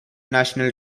national